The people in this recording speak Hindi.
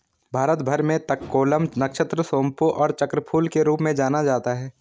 भारत भर में तककोलम, नक्षत्र सोमपू और चक्रफूल के रूप में जाना जाता है